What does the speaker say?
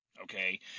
Okay